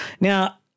Now